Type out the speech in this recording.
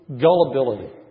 gullibility